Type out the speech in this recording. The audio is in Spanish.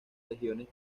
regiones